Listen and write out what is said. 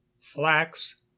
flax